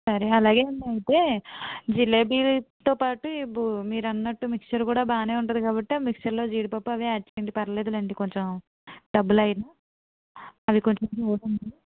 సరే అలాగే అండి అయితే జిలేబీతో పాటు ఈ బూ మీరు అన్నట్టు మిక్చర్ కూడా బాగా ఉంటుంది కాబట్టి ఆ మిక్చర్లో జీడిపప్పు అవి యాడ్ చేయండి పర్లేదులేండి కొంచెం డబ్బులు అవి కొంచెం ఓల్డా మిక్చర్